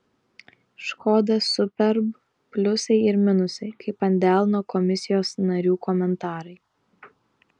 škoda superb pliusai ir minusai kaip ant delno komisijos narių komentarai